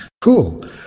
Cool